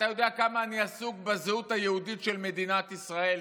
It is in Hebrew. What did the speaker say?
אתה יודע כמה אני עסוק בזהות היהודית של מדינת ישראל,